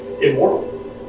immortal